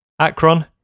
Akron